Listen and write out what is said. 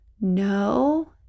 No